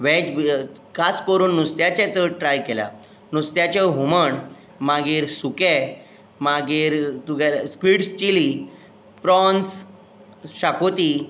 veg खास करून नुस्त्याचे चड ट्राय केल्यात नुस्त्याचें हुमण मागीर सुकें मागीर तुगेलें स्क्वीड्स चिली प्रोन्स शाकुती